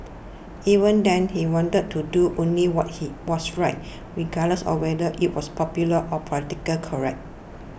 even then he wanted to do only what he was right regardless of whether it was popular or politically correct